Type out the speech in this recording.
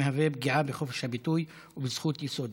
מהווה פגיעה בחופש הביטוי ובזכות יסוד.